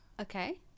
Okay